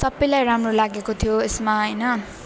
सबलाई राम्रो लागेको थियो यसमा होइन